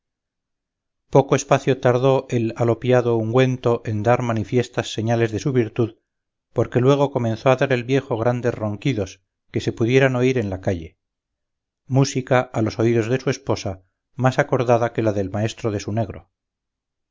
poco espacio tardó el alopiado ungüento en dar manifiestas señales de su virtud porque luego comenzó a dar el viejo tan grandes ronquidos que se pudieran oír en la calle música a los oídos de su esposa más acordada que la del maeso de su negro